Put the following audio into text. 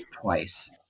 twice